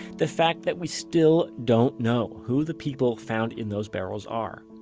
the fact that we still don't know who the people found in those barrels are.